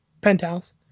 penthouse